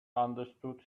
understood